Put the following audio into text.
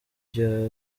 bya